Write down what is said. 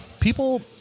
people